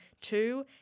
Two